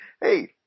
hey